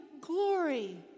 glory